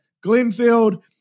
Glenfield